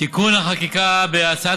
אני יודע,